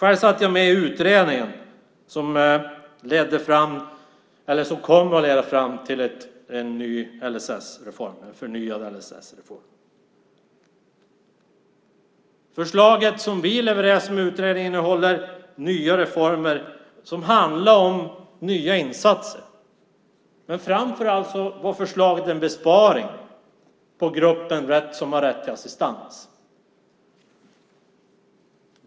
Jag satt med i utredningen som kom att leda fram till en förnyad LSS-reform. Utredningen innehåller nya reformer och nya insatser. Framför allt är förslaget en besparing på gruppen som har rätt till assistans.